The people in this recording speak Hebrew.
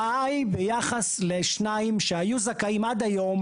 ההרעה היא ביחס לשניים שהיו זכים עד היום,